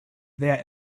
that